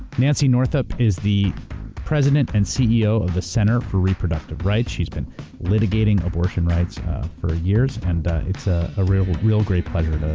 nancy northup is the president and ceo of the center for reproductive rights. she's been litigating abortion rights for years and it's ah ah a real great pleasure